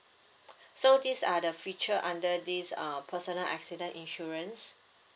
so these are the feature under this uh personal accident insurance